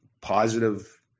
positive